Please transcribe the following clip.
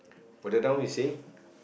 further down you see